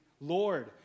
Lord